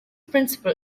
principal